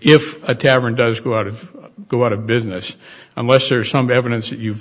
if a tavern does go out of go out of business unless there's some evidence that you've